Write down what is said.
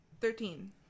Thirteen